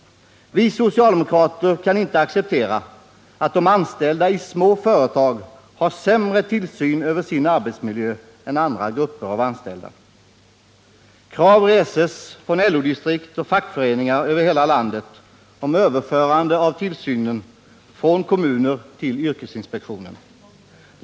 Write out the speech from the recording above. Vi socialdemokrater kan inte acceptera att anställda i små företag har sämre tillsyn över sin arbetsmiljö än andra grupper av anställda. Krav reses från LO-distrikt och fackföreningar över hela landet om överförande av tillsynen från kommuner till yrkesinspektionen.